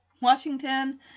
Washington